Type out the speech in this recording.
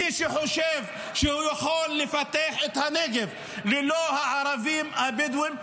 מי שחושב שהוא יכול לפתח את הנגב ולא הערבים הבדואים,